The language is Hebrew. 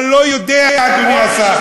אתה לא יודע, אדוני השר.